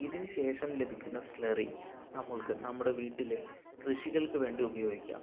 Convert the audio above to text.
ഇതിനുശേഷം ലഭിക്കുന്ന സ്ലറി നമ്മൾക്ക് നമ്മുടെ വീട്ടിലെ കൃഷികൾക്ക് വേണ്ടി ഉപയോഗിക്കാം